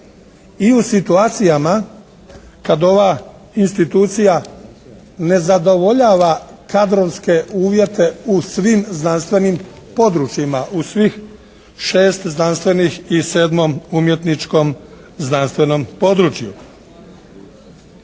i u situacijama kad ova institucija ne zadovoljava kadrovske uvjete u svim znanstvenim područjima u svih šest znanstvenih i sedmom umjetničkom znanstvenom području.